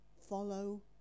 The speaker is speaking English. follow